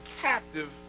captive